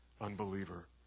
unbeliever